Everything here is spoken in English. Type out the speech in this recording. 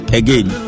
again